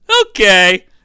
okay